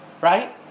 Right